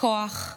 כוח,